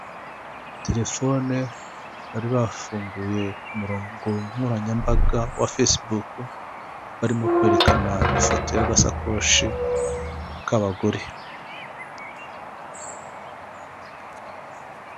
Telefone bari bafunguye ku murongo nkoranyambaga wa fesibuku, barimo kwerekana ifoto y'agasakoshi k'abagore.